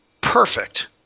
Perfect